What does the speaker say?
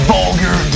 vulgar